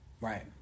right